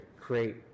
create